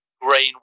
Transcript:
grain